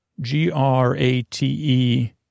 G-R-A-T-E